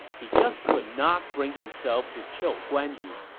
he just could not bring himself to kill guan yu.